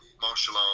martial